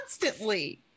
constantly